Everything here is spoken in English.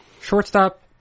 Shortstop